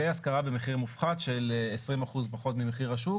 והשכרה במחיר מופחת של 20% פחות ממחיר השוק